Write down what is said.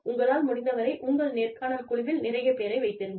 உங்களால் முடிந்தவரை உங்கள் நேர்காணல் குழுவில் நிறையப் பேரை வைத்திருங்கள்